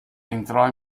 entrò